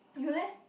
you leh